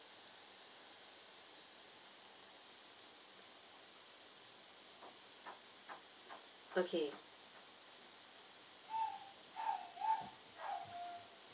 okay